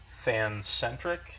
fan-centric